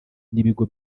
n’ibigo